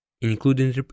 including